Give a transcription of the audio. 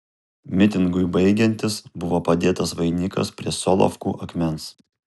mitingui baigiantis buvo padėtas vainikas prie solovkų akmens